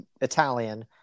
Italian